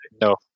no